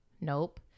Nope